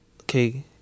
okay